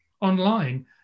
online